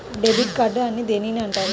Debit card అని దేనిని అంటారు?